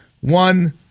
one